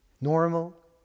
normal